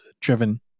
driven